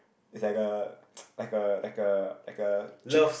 is like a like a like a like a cheat